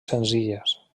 senzilles